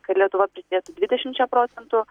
kad lietuva prisidėtų dvidešimčia procentų